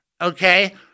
okay